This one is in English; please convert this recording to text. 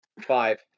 Five